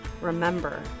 Remember